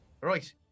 Right